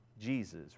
Jesus